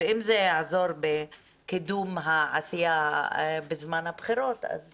ואם זה יעזור בקידום העשייה בזמן הבחירות, אז